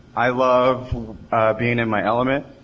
i love being in my element,